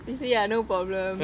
he say ya no problem